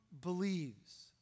believes